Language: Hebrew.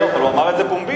הוא אמר את זה פומבית.